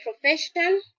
profession